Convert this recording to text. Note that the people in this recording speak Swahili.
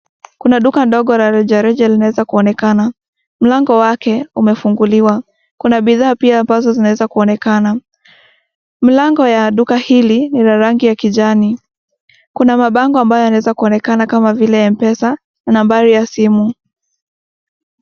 Kuna duka dogo la reja reja linaweza kuonekana mlango wake umefunguliwa. Kuna bidhaa pia ambazo zinaweza kuonekana. Mlango ya duka hili ni la rangi ya kijani. Kuna mabango ambayo yanaweza kuonekana kama vile Mpesa na nambari ya simu.